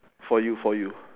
for you for you